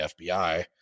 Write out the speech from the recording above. FBI